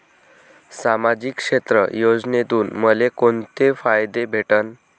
सामाजिक क्षेत्र योजनेतून मले कोंते फायदे भेटन?